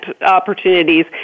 opportunities